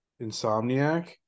Insomniac